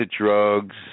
drugs